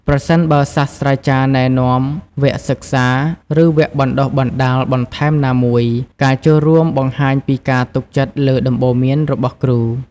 ប្រសិនបើសាស្រ្តាចារ្យណែនាំវគ្គសិក្សា ឬវគ្គបណ្តុះបណ្តាលបន្ថែមណាមួយ ការចូលរួមបង្ហាញពីការទុកចិត្តលើដំបូន្មានរបស់គ្រូ។